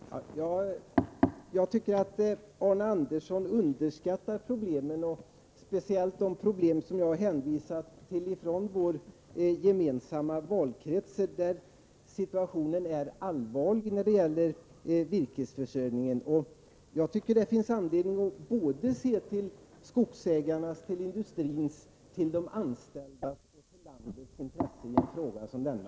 Herr talman! Jag anser att Arne Andersson i Ljung underskattar problemen och speciellt de problem som jag hänvisade till i vår gemensamma valkrets, där situationen är allvarlig när det gäller virkesförsörjningen. Jag tycker att det finns anledning att se såväl till skogsägarnas som till industrins, till de anställdas och till landets intressen i en fråga som denna.